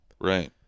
right